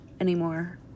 anymore